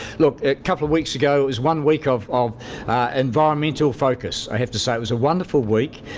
look, a couple of weeks ago, it was one week of of environmental focus. i have to say, it was a wonderful week,